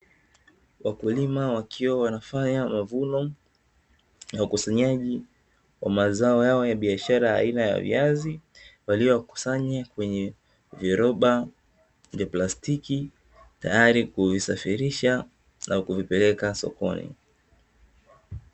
Wakulima wakiwa wanafanya mavuno na ukusanyaji wa mazao yao ya biashara aina ya viazi, waliyoyakusanya kwenye viroba vya plastiki tayari kuvisafirisha na kuvipeleka sokoni.